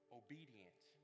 obedient